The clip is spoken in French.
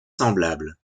semblable